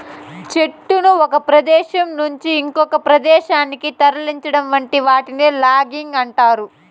చెట్లను ఒక ప్రదేశం నుంచి ఇంకొక ప్రదేశానికి తరలించటం వంటి వాటిని లాగింగ్ అంటారు